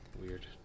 Weird